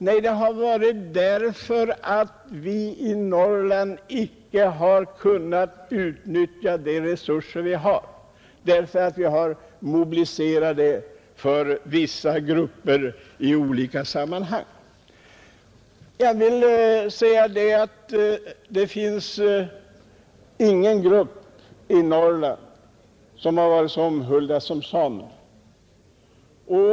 Nej, det har varit för att vi i Norrland inte kunnat på ett riktigt sätt utnyttja de resurser som finns där, utan bara har mobiliserat dem för vissa grupper i olika sammanhang. Jag vill säga att det inte finns någon grupp i Norrland som har varit så omhuldad som samerna.